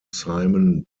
simon